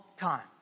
time